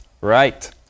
Right